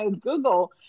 Google